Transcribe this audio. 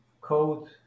code